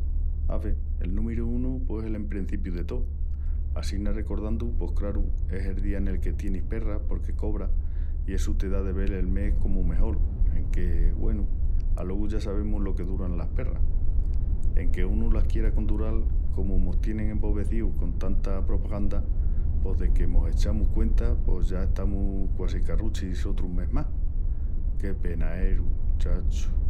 Ave, el númiru unu, pos el emprencipiu de tó... Assina recordandu pos, craru, es el día nel que tienis perras porque cobras i essu te da de vel el mes comu mejol enque, güenu, alogu ya sabemus lo que duran las perras. Enque unu las quiera condural, comu mos tienin embobecíus con tanta propaganda, pos deque mos echamus cuenta pos ya estamus quasi qu'a ruchi sotru mes más. Qué penaeru, chacho!